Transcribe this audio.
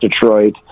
Detroit